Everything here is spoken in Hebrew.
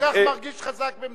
אני כל כך מרגיש חזק במדינתי,